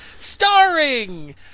Starring